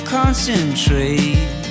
concentrate